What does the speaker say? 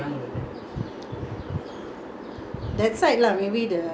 that side lah maybe the bukit timah area have this area uh can't find